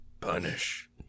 Punish